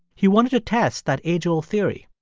he wanted to test that age-old theory,